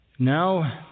Now